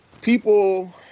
people